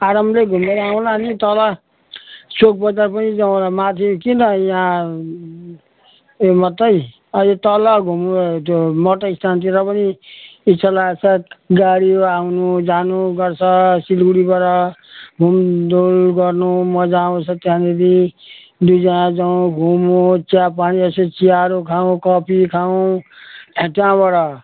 आरामले घुमेर आउँला अलि तल चोक बजार पनि जाउँ होला माथि किन यहाँ उयो मात्रै अलि तल घुम्नु त्यो मोटर स्ट्यान्डतिर पनि इच्छा लागेको छ गाडीमा आउनु जानु गर्छ सिलगढीबाट हिँडडुल गर्नु मज्जा आउँछ त्यहाँनिर दुईजना जाउँ घुमौँ चिया पानी यसो चियाहरू खाउँ कफी खाउँ त्यहाँबाट